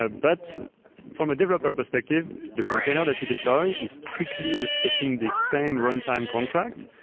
ah but from a developer perspective, the container that you deploy is strictly respecting the same runtime contract,